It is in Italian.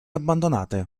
abbandonate